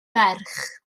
merch